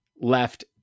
left